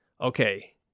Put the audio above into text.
okay